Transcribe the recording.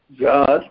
God